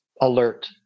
alert